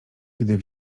gdy